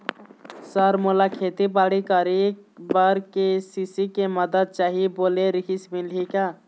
Sir मोला खेतीबाड़ी करेबर के.सी.सी के मंदत चाही बोले रीहिस मिलही का?